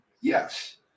yes